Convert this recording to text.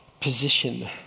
position